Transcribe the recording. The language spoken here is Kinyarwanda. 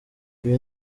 ibi